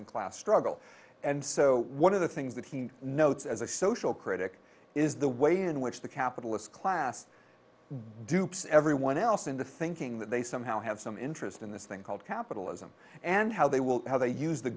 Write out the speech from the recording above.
and class struggle and so one of the things that he notes as a social critic is the way in which the capitalist class dupes everyone else into thinking that they somehow have some interest in this thing called capitalism and how they will how they use the